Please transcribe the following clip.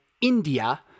India